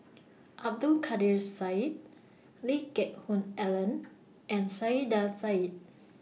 Abdul Kadir Syed Lee Geck Hoon Ellen and Saiedah Said